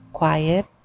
quiet